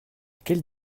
quelle